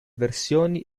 versioni